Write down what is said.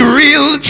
real